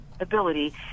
ability